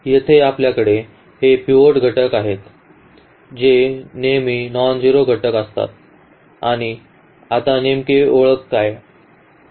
येथे आपल्याकडे हे पिव्होट घटक आहेत जे नेहमी नॉनझेरो घटक असतात आणि आता नेमके ओळख काय